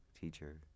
teacher